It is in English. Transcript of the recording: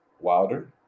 Wilder